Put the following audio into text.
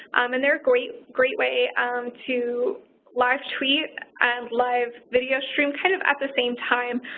and they're great great way to live tweet and live video stream, kind of at the same time.